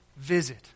visit